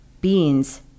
Beans